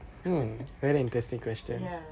ya